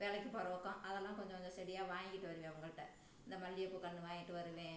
வேலைக்கிப் போகற பக்கம் அதெல்லாம் கொஞ்ச கொஞ்சம் செடியாக வாங்கிகிட்டு வருவேன் அவங்கள்ட்ட இந்த மல்லிகைப்பூ கன்று வாங்கிகிட்டு வருவேன்